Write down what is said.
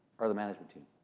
are the management team.